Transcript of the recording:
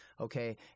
Okay